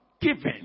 Given